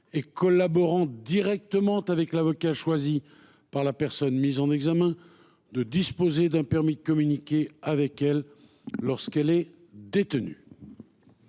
et collaborant directement avec l'avocat choisi par la personne mise en examen, de disposer d'un permis de communiquer avec elle lorsque celle-ci est détenue.